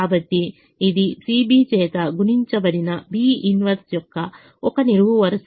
కాబట్టి ఇది CB చేత గుణించబడిన B 1 యొక్క ఒక నిలువ వరుస